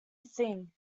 thing